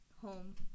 home